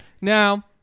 Now